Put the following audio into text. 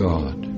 God